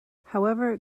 however